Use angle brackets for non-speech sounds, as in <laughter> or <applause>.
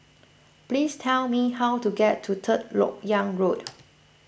please tell me how to get to Third Lok Yang Road <noise>